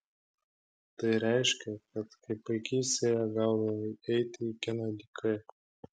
tai reiškė kad kaip vaikystėje gaudavau eiti į kiną dykai